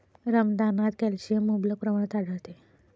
रमदानात कॅल्शियम मुबलक प्रमाणात आढळते